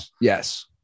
Yes